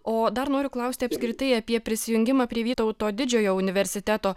o dar noriu klausti apskritai apie prisijungimą prie vytauto didžiojo universiteto